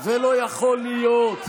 זה לא יכול להיות.